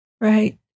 Right